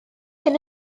hyn